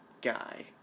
guy